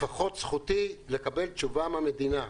לפחות זכותי לקבל תשובה מהמדינה.